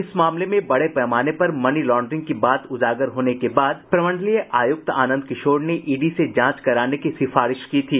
इस मामले में बड़े पैमाने पर मनी लॉड्रिंग का बात उजागर होने के बाद प्रमंडलीय आयुक्त आनंद किशोर ने ईडी से जांच कराने की सिफारिश की थी